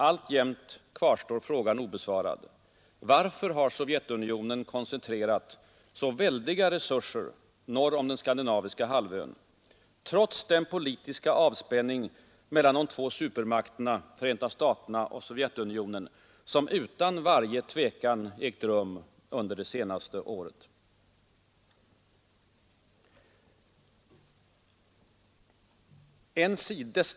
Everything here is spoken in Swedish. Alltjämt kvarstår frågan obesvarad: Varför har Sovjetunionen koncentrerat så väldiga resurser norr om den skandinaviska halvön, trots den politiska avspänning mellan de två supermakterna USA och Sovjetunionen som utan varje tvivel ägt rum under det senaste året?